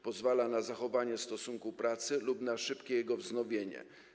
Pozwala na zachowanie stosunku pracy lub na jego szybkie wznowienie.